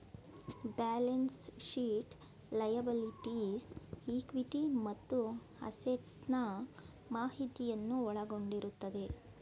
balance sheet liabilities, equity ಮತ್ತು assets ನಾ ಮಾಹಿತಿಯನ್ನು ಒಳಗೊಂಡಿರುತ್ತದೆ